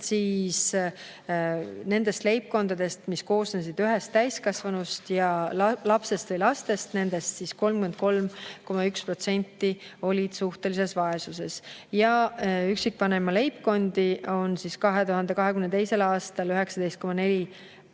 siis nendest leibkondadest, mis koosnesid ühest täiskasvanust ja lapsest või lastest, olid 33,1% suhtelises vaesuses. Üksikvanemaga leibkondi oli 2022. aastal 19